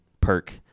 perk